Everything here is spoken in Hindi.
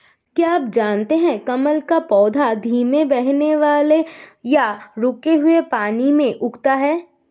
क्या आप जानते है कमल का पौधा धीमे बहने वाले या रुके हुए पानी में उगता है?